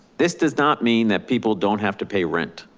this does not mean that people don't have to pay rent.